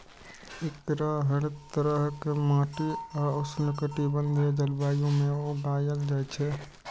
एकरा हर तरहक माटि आ उष्णकटिबंधीय जलवायु मे उगायल जाए छै